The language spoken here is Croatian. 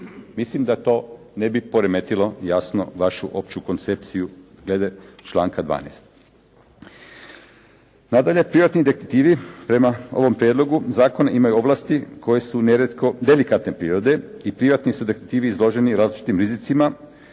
Mislim da to ne bi poremetilo jasno vašu opću koncepciju glede članka 12. Nadalje, privatni detektivi prema ovom prijedlogu zakona imaju ovlasti koje su nerijetko delikatne prirode i privatni su detektivi izloženi različitim rizicima